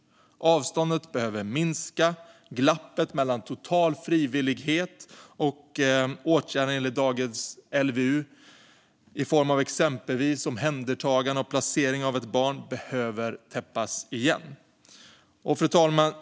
Avståndet behöver minska, och glappet mellan total frivillighet och åtgärder enligt dagens LVU i form av exempelvis omhändertagande och placering av ett barn behöver täppas igen. Fru talman!